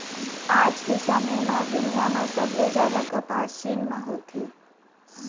आज के समे म दुनिया म सबले जादा कपसा चीन म होथे